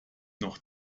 noch